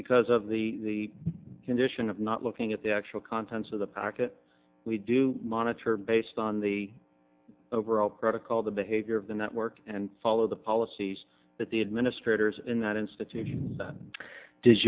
because of the condition of not looking at the actual contents of the packet we do monitor based on the overall protocol the behavior of the network and follow the policies that the administrators in that institution does